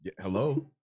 Hello